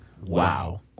Wow